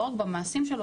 לא רק במעשים שלו,